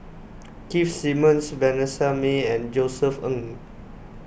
Keith Simmons Vanessa Mae and Josef Ng